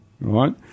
Right